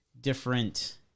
different